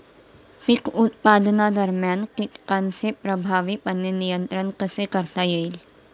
पीक उत्पादनादरम्यान कीटकांचे प्रभावीपणे नियंत्रण कसे करता येईल?